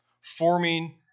forming